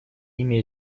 ими